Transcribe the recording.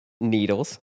Needles